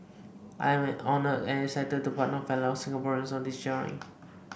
I am honoured and excited to partner fellow Singaporeans on this journey